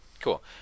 Cool